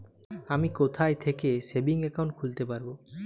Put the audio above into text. আমি কোথায় থেকে সেভিংস একাউন্ট খুলতে পারবো?